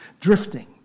drifting